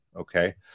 okay